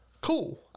cool